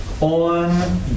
On